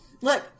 Look